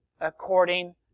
according